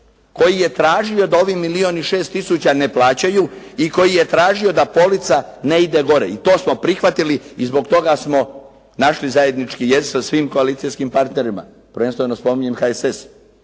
koji je tražio da ovaj milijun i 6 tisuća ne plaćaju i koji je tražio da polica ne ide gore i to smo prihvatili i zbog toga smo našli zajednički jezik sa svim koalicijskim partnerima, prvenstveno spominjem HSS